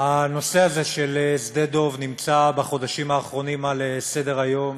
הנושא הזה של שדה-דב נמצא בחודשים האחרונים על סדר-היום,